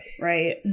Right